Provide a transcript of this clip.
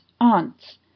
aunts